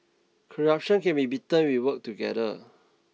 corruption can be beaten if we work together